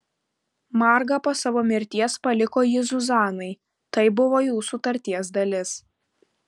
marga po savo mirties paliko jį zuzanai tai buvo jų sutarties dalis